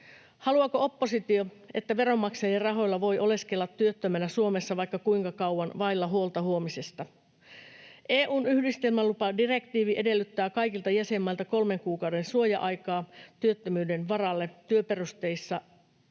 Haluaako oppositio, että veronmaksajien rahoilla voi oleskella työttömänä Suomessa vaikka kuinka kauan, vailla huolta huomisesta? EU:n yhdistelmälupadirektiivi edellyttää kaikilta jäsenmailta kolmen kuukauden suoja-aikaa työttömyyden varalle työperusteisissa